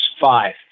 five